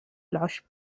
العشب